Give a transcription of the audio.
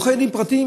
עורכי דין פרטיים,